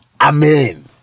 Amen